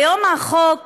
כיום החוק